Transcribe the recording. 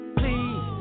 please